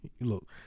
Look